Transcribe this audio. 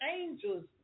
angels